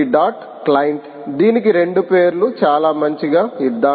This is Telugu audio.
client దీనికి రెండు పేర్లు చాలా మంచిగా ఇద్దాం